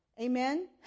Amen